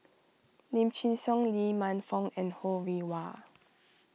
Lim Chin Siong Lee Man Fong and Ho Rih Hwa